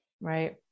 Right